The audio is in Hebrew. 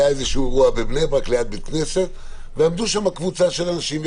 היה איזשהו אירוע בבני ברק ליד בית כנסת ועמדה שם קבוצה של אנשים.